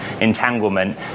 entanglement